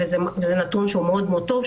זה נתון מאוד טוב,